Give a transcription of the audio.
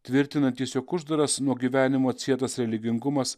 tvirtina tiesiog uždaras nuo gyvenimo atsietas religingumas